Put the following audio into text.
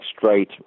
straight